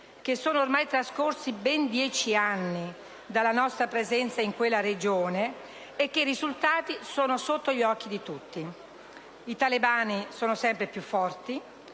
che sono ormai trascorsi ben dieci anni dalla nostra presenza in quella Regione e che i risultati sono sotto gli occhi di tutti. I talebani sono sempre più forti,